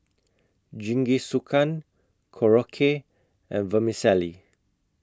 Jingisukan Korokke and Vermicelli